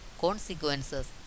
consequences